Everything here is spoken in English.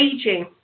aging